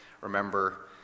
remember